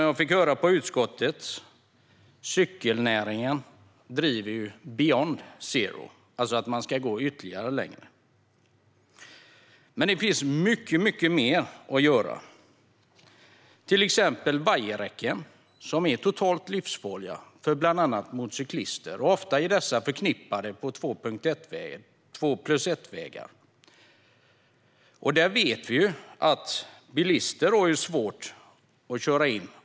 Jag fick höra i utskottet att cykelnäringen driver på för beyond zero, alltså att man ska gå ännu längre. Men det finns mycket mer att göra. Ett exempel är vajerräcken, som är totalt livsfarliga för bland andra motorcyklister. Ofta finns de på två-plus-ett-vägar, där vi vet att bilister har svårt att köra in.